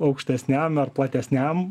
aukštesniam ar platesniam